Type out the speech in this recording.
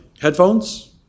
headphones